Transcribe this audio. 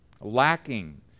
Lacking